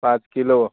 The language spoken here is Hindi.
पाँच किलो